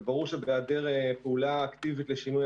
וברור שבהיעדר פעולה אקטיבית לשינוי